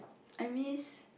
I miss